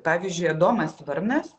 pavyzdžiui adomas varnas